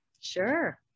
Sure